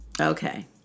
Okay